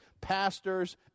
pastors